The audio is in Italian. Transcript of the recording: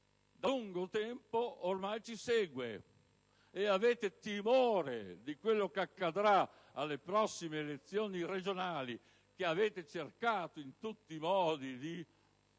lungo tempo ormai ci segue e avete timore di quello che accadrà alle prossime elezioni regionali, che avete cercato in tutti i modi di